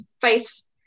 face